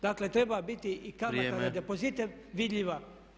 Dakle, treba biti i kamata na depozite vidljiva.